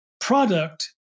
product